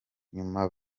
nyuma